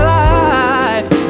life